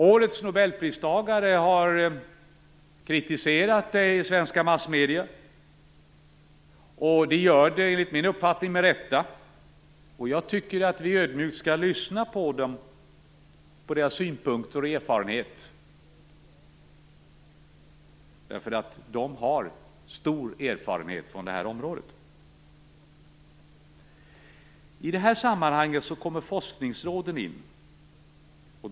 Årets nobelpristagare har kritiserat detta i svenska massmedier, enligt min uppfattning med rätta. Jag tycker att vi ödmjukt skall lyssna på deras synpunkter och erfarenheter. De har stor erfarenhet från det här området. I det här sammanhanget kommer forskningsråden in.